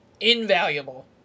invaluable